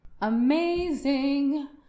Amazing